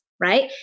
Right